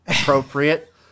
appropriate